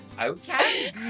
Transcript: okay